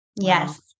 Yes